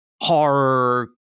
horror